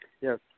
Yes